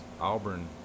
Auburn